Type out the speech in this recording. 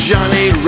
Johnny